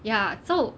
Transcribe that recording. ya so